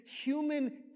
human